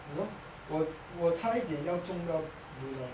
you know 我我差点要中到 brunei